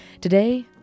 Today